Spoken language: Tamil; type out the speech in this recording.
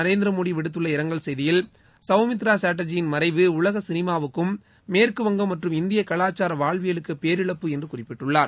நரேந்திர மோடி விடுத்துள்ள இரங்கல் செய்தியில் சௌமித்திரா சாட்டர்ஜியின் மறைவு உலக சினிமாவுக்கும் மேற்கு வங்கம் மற்றும் இந்திய கலாச்சார வாழ்வியலுக்கும் பேரிழப்பு என்று குறிப்பிட்டுள்ளார்